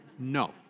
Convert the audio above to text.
No